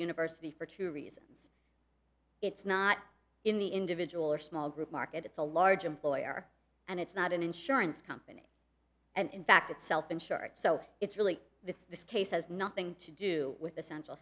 university for two reasons it's not in the individual or small group market it's a large employer and it's not an insurance company and in fact it's self insured so it's really that this case has nothing to do with essential